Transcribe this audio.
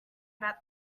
about